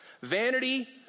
Vanity